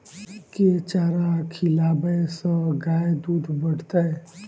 केँ चारा खिलाबै सँ गाय दुध बढ़तै?